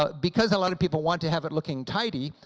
but because a lot of people want to have it looking tidy,